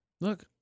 Look